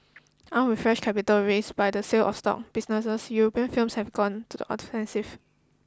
armed with fresh capital raised by the sale of stock businesses European firms have gone on the offensive